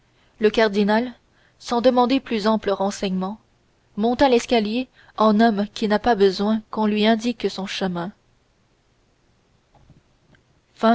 le cardinal sans demander plus amples renseignements monta l'escalier en homme qui n'a pas besoin qu'on lui indique son chemin